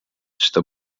что